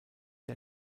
der